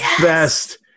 best